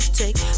take